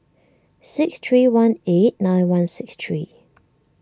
six three one eight nine one six three